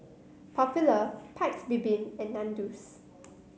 Popular Paik's Bibim and Nandos